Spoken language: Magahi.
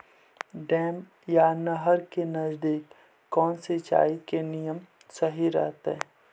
डैम या नहर के नजदीक कौन सिंचाई के नियम सही रहतैय?